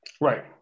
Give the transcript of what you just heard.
Right